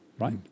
Right